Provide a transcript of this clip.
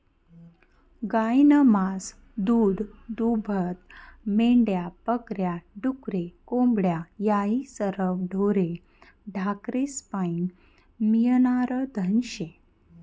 गायनं मास, दूधदूभतं, मेंढ्या बक या, डुकरे, कोंबड्या हायी सरवं ढोरे ढाकरेस्पाईन मियनारं धन शे